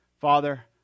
Father